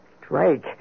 Drake